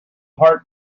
heart